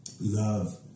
love